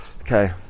Okay